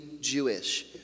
Jewish